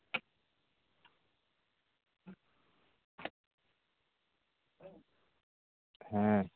ᱦᱮᱸ